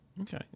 Okay